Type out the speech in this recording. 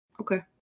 Okay